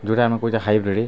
ଯେଉଁଟା ଆମେ କହୁଛେ ହାଇବ୍ରିଡ଼ି